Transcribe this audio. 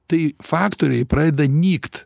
tai faktoriai pradeda nykt